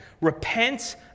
Repent